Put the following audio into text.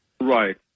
Right